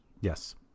Yes